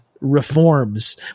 reforms